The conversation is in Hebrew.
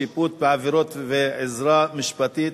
שיפוט בעבירות ועזרה משפטית),